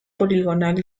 poligonal